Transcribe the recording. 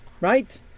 Right